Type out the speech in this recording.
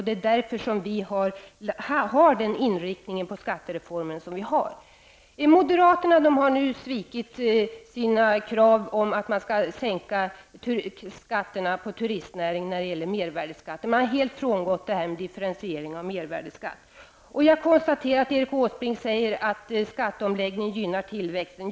Det är därför som vi har den inriktning på skattereformen som vi har. Moderaterna har nu släppt sina krav på sänkt mervärdeskatt på turistnäringen. De har alltså frångått principen differentiering av mervärdeskatt. Jag konstaterar att Erik Åsbrink säger att skatteomläggningen gynnar tillväxten.